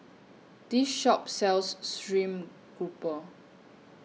This Shop sells Stream Grouper